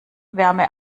wärme